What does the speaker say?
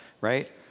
right